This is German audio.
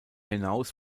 hinaus